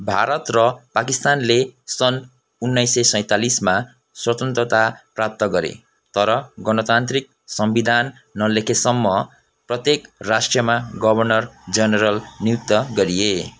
भारत र पाकिस्तानले सन् उन्नाइस सय सैँतालिसमा स्वतन्त्रता प्राप्त गरे तर गणतन्त्रिक संविधान नलेखिएसम्म प्रत्येक राष्ट्रमा गभर्नर जनरल नियुक्त गरिए